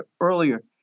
earlier